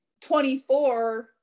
24